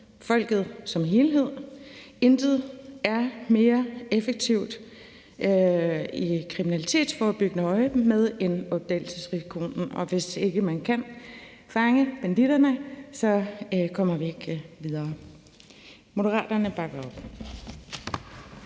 folket som helhed. Intet er mere effektivt i kriminalitetsforebyggende øjemed end opdagelsesrisikoen, og hvis ikke man kan fange banditterne, kommer vi ikke videre. Moderaterne bakker op.